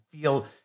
feel